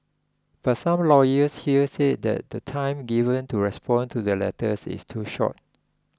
but some lawyers here say that the time given to respond to the letters is too short